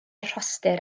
rhostir